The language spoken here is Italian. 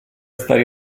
stare